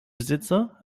besitzer